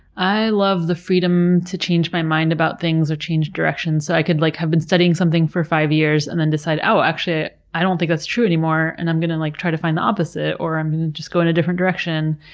i love the freedom to change my mind about things, or change direction. so i could like have been studying something for five years and then decide, oh, actually, i don't think that's true anymore and i'm gonna like try to find the opposite. or, i'm just going and to go in a different direction.